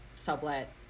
sublet